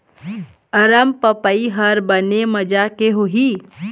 अरमपपई हर बने माजा के होही?